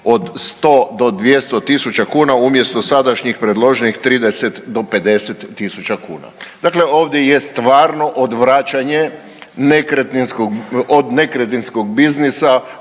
od 100 do 200 tisuća kuna umjesto sadašnjih predloženih 30 do 50 tisuća kuna. Dakle, ovdje je stvarno odvraćanje nekretninskog od